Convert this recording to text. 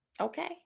Okay